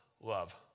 love